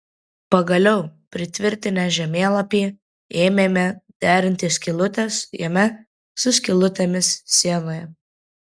pagaliau pritvirtinę žemėlapį ėmėme derinti skylutes jame su skylutėmis sienoje